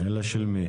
אלא של מי?